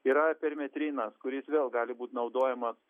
yra permetrinas kuris vėl gali būt naudojamas